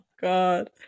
God